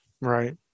Right